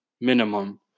minimum